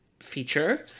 feature